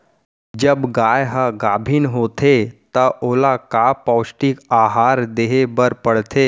जब गाय ह गाभिन होथे त ओला का पौष्टिक आहार दे बर पढ़थे?